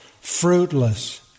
fruitless